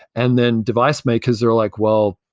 and then device makers are like, well,